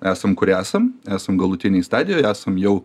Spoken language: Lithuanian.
esam kur esam esam galutinėj stadijoj esam jau